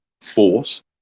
force